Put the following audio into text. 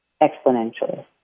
exponentially